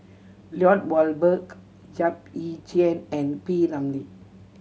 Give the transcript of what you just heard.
Lloyd Valberg Yap Ee Chian and P Ramlee